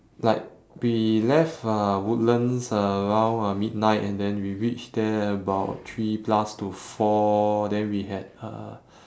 like we left uh woodlands around uh midnight and then we reached there about three plus to four then we had uh